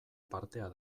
partea